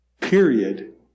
period